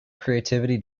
creativity